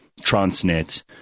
transnet